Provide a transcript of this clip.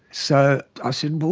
so i said, well,